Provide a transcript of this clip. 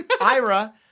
Ira